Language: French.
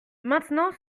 maintenant